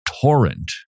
torrent